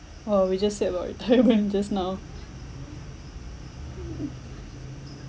oh we just said about it telegram just now